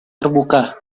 terbuka